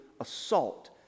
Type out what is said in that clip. assault